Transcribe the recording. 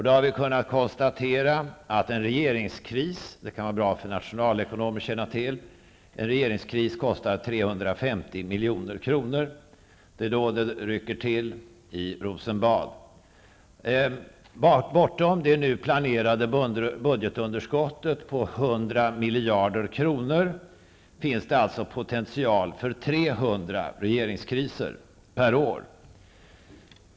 Då har vi kunna konstatera -- vilket kan vara bra för nationalekonomer att känna till, att en regeringskris kostar 350 miljoner kronor. Det är då det rycker till i Rosenbad. Bortom det nu planerade budgetunderskottet på hundra miljarder kronor finns det alltså potential för 300 regeringskriser per år.